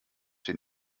den